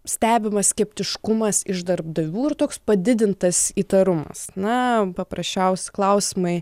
stebimas skeptiškumas iš darbdavių ir toks padidintas įtarumas na paprasčiausi klausimai